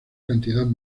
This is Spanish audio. cantidad